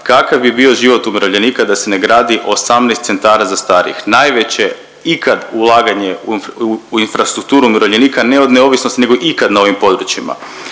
kakav bi bio život umirovljenika da se ne gradi 18 centara za starije? Najveće ikad ulaganje u infrastrukturu umirovljenika, ne od neovisnosti nego ikad na ovim područjima.